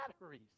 batteries